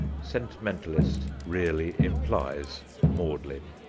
sentimentalist really implies maudlin.